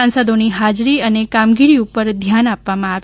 સાસંદોની હાજરી અને કામગીરી ઉપર ધ્યાન આપવામાં આવે